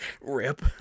rip